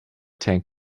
tank